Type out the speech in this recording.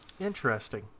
Interesting